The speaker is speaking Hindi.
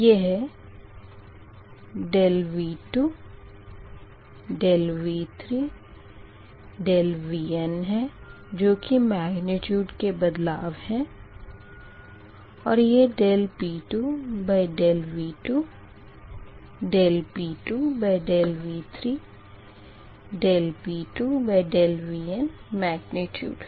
यह dV2 dV3 dVn है जो की मेग्निट्यूड के बदलाव है और यह dP2dV2 dP2dV3 dP2dVn मेग्निट्यूड है